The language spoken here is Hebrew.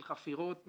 של חפירות,